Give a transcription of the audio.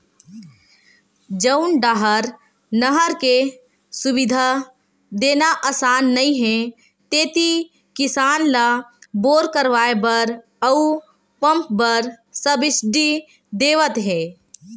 जउन डाहर नहर के सुबिधा देना असान नइ हे तेती किसान ल बोर करवाए बर अउ पंप बर सब्सिडी देवत हे